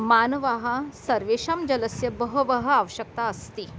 मानवाः सर्वेषां जलस्य बहवः आवश्यकता अस्ति